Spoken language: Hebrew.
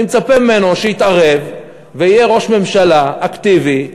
אני מצפה ממנו שיתערב ויהיה ראש ממשלה אקטיבי,